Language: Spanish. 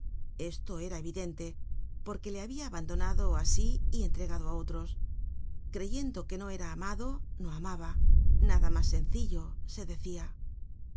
esto era evidente porque le habia abandonado asi y entregado á otros creyendo qué no era amado no amaba nada mas sencillo se decia